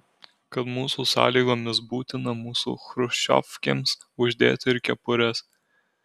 kad mūsų sąlygomis būtina mūsų chruščiovkėms uždėti ir kepures